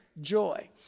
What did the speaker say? joy